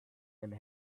and